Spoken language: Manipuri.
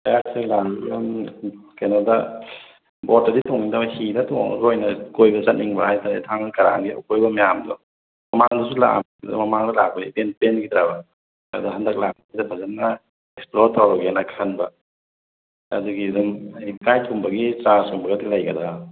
ꯀꯩꯅꯣꯗ ꯕꯣꯠꯇꯗꯤ ꯇꯣꯡꯅꯤꯡꯗꯕ ꯍꯤꯗ ꯇꯣꯡꯉꯒ ꯑꯣꯏꯅ ꯀꯣꯏꯕ ꯆꯠꯅꯤꯡꯕ ꯍꯥꯏꯇꯥꯔꯦ ꯊꯥꯡꯒ ꯀꯔꯥꯡꯒꯤ ꯑꯀꯣꯏꯕ ꯃꯌꯥꯝꯗꯣ ꯃꯃꯥꯡꯗꯁꯨ ꯂꯥꯛꯑꯝꯃꯦ ꯑꯗꯣ ꯃꯃꯥꯡꯗ ꯂꯥꯛꯄꯗꯣ ꯏꯄꯦꯟ ꯄꯦꯟꯒꯤꯗ꯭ꯔꯕ ꯑꯗꯣ ꯍꯟꯗꯛ ꯂꯥꯛꯄꯁꯤꯗ ꯐꯖꯅ ꯑꯦꯛꯁꯄ꯭ꯂꯣꯔ ꯇꯧꯔꯒꯦꯅ ꯈꯟꯕ ꯑꯗꯨꯒꯤ ꯑꯗꯨꯝ ꯒꯥꯏꯗ ꯀꯨꯝꯕꯒꯤ ꯆꯥꯔꯖꯒꯨꯝꯕꯒꯗꯤ ꯂꯩꯒꯗ꯭ꯔꯥ